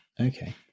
Okay